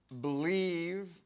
believe